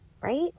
right